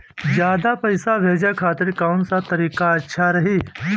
ज्यादा पईसा भेजे खातिर कौन सा तरीका अच्छा रही?